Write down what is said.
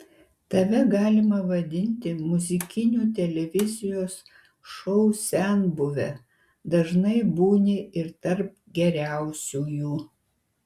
tave galima vadinti muzikinių televizijos šou senbuve dažnai būni ir tarp geriausiųjų